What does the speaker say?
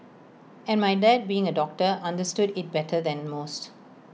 and my dad being A doctor understood IT better than most